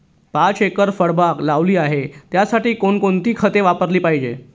पाच एकर फळबाग लावली आहे, त्यासाठी कोणकोणती खते वापरली पाहिजे?